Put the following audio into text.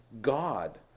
god